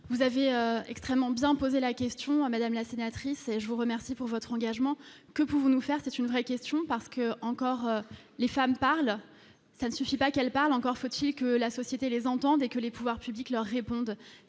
vous avez extrêmement bien posé la question à madame la sénatrice, je vous remercie pour votre engagement, que pouvons-nous faire c'est une vraie question parce que, encore, les femmes parlent, ça ne suffit pas qu'elle parle, encore faut-il que la société les entendez que les pouvoirs publics leur répondent